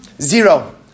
Zero